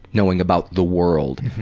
knowing about the world,